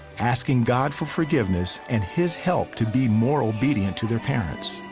asking god for forgiveness and his help to be more obedient to their parents.